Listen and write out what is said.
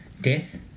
death